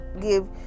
give